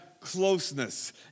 closeness